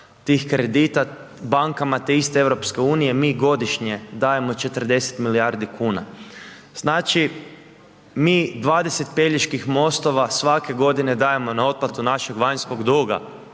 tih kredita bankama te iste EU mi godišnje dajemo 40 milijardi kuna. Znači, mi 20 Peljeških mostova svake godine dajemo na otplatu našeg vanjskog duga